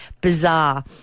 Bizarre